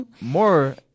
more